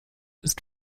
ist